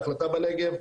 ההחלטה בנגב,